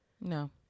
No